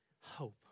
hope